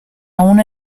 aún